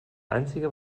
einzige